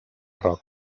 roca